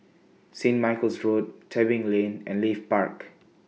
St Michael's Road Tebing Lane and Leith Park